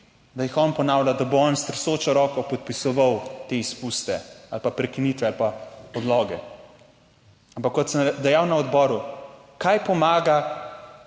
da jih on ponavlja, da bo on s tresočo roko podpisoval te izpuste ali pa prekinitve ali pa odloge, ampak kot sem dejal na odboru, kaj pomaga